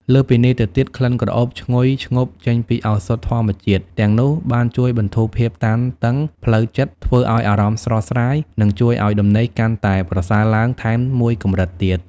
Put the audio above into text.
លើសពីនេះទៅទៀត ក្លិនក្រអូបឈ្ងុយឈ្ងប់ចេញពីឱសថធម្មជាតិទាំងនោះបានជួយបន្ធូរភាពតានតឹងផ្លូវចិត្ត ធ្វើឲ្យអារម្មណ៍ស្រស់ស្រាយ និងជួយឲ្យដំណេកកាន់តែប្រសើរឡើងថែមមួយកម្រិតទៀត។